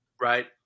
right